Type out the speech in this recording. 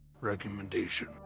recommendation